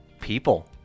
people